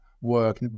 work